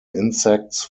insects